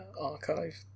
archive